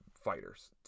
fighters